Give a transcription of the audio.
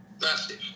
Massive